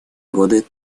годы